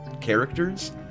characters